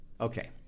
Okay